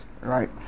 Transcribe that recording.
Right